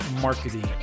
marketing